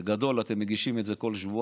בגדול, אתם מגישים את זה כל שבועיים.